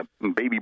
baby